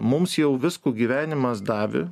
mums jau visko gyvenimas davė